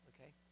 Okay